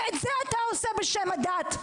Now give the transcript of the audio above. ואת זה אתה עושה בשם הדת.